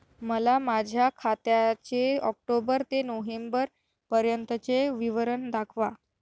मला माझ्या खात्याचे ऑक्टोबर ते नोव्हेंबर पर्यंतचे विवरण दाखवा